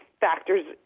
factors